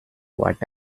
what